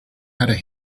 had